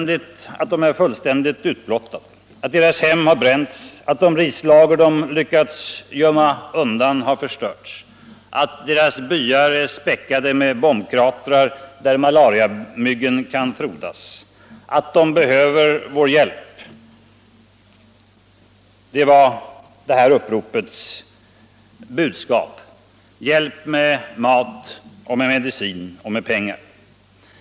De är fullständigt utblottade, deras hem har bränts, de rislager de lyckats gömma undan har förstörts, deras byar är späckade med bomkratrar där malariamyggen kan frodas. De behöver vår hjälp. Det var detta upprops budskap: hjälp med mat, medicin och pengar.